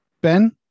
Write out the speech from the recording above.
Ben